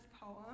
poem